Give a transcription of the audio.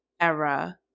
era